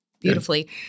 beautifully